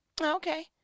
okay